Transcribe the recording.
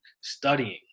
studying